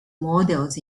models